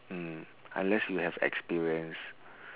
mm unless you have experience